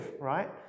right